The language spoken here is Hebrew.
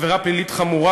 עבירה פלילית חמורה,